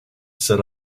set